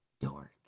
Dork